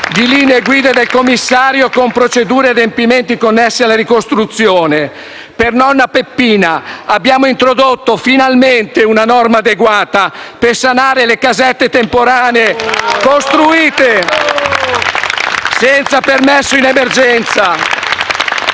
di linee guida del commissario con procedure e adempimenti connessi alla costruzione. Per nonna Peppina abbiamo introdotto finalmente una norma adeguata a sanare le casette temporanee costruite senza permesso in emergenza,